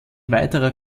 weiterer